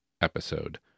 episode